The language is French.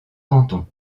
canton